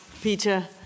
Peter